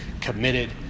committed